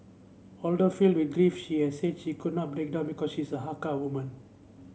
although filled with grief she has said she could not break down because she is a Hakka woman